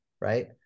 right